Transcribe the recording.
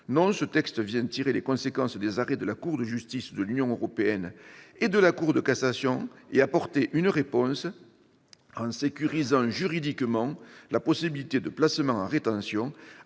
de loi vient tirer les conséquences des arrêts de la Cour de justice de l'Union européenne et de la Cour de cassation et apporter une réponse en sécurisant juridiquement la possibilité de placement en rétention